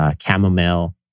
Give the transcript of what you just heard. chamomile